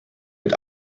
mit